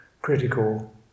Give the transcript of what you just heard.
critical